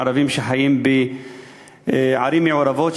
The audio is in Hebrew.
ערבים שחיים בערים מעורבות,